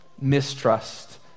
mistrust